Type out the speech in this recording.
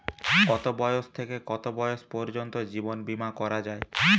কতো বয়স থেকে কত বয়স পর্যন্ত জীবন বিমা করা যায়?